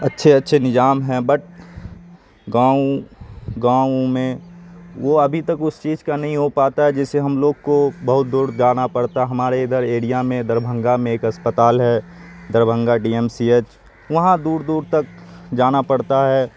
اچھے اچھے نظام ہیں بٹ گاؤں گاؤں آؤں میں وہ ابھی تک اس چیز کا نہیں ہو پاتا ہے جیسے ہم لوگ کو بہت دور جانا پڑتا ہمارے ادھر ایریا میں دربھنگہ میں ایک اسپتال ہے Darbhanga D M C H وہاں دور دور تک جانا پڑتا ہے